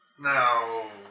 Now